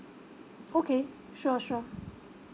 okay sure sure